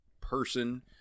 person